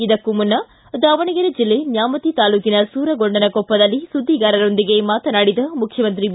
ಇದಕ್ಕೂ ಮುನ್ನ ದಾವಣಗೆರೆ ಜಿಲ್ಲೆ ನ್ಯಾಮತಿ ತಾಲೂಕಿನ ಸೂರಗೊಂಡನಕೊಪ್ಪದಲ್ಲಿ ಸುದ್ದಿಗಾರರೊಂದಿಗೆ ಮಾತನಾಡಿದ ಮುಖ್ಖಮಂತ್ರಿ ಬಿ